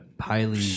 highly